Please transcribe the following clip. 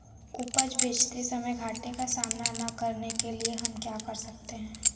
उपज बेचते समय घाटे का सामना न करने के लिए हम क्या कर सकते हैं?